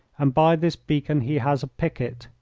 and by this beacon he has a picket.